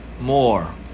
more